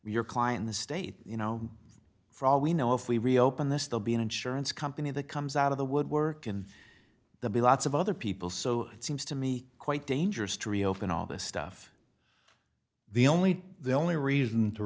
your client the state you know for all we know if we reopen this they'll be an insurance company that comes out of the woodwork and be lots of other people so it seems to me quite dangerous to reopen all this stuff the only the only reason to